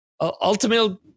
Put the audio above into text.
ultimately